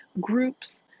groups